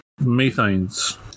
methane's